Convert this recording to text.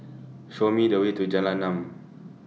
Show Me The Way to Jalan Enam